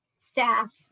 staff